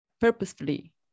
purposefully